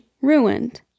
ruined